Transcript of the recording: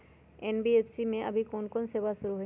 NBFC में अभी कोन कोन सेवा शुरु हई?